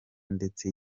ndetse